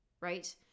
Right